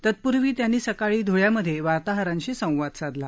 तत्पूर्वी त्यांनी सकाळी धुळ्यामधे वार्ताहरांशी संवाद साधला